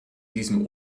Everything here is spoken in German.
diesem